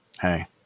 Hey